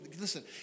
Listen